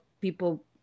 people